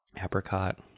Apricot